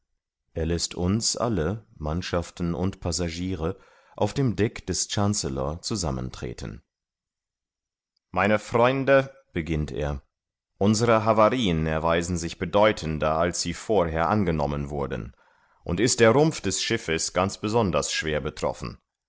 er läßt uns alle mannschaften und passagiere auf dem deck des chancellor zusammentreten meine freunde beginnt er unsere havarieen erweisen sich weit bedeutender als sie vorher angenommen wurden und ist der rumpf des schiffes ganz besonders schwer betroffen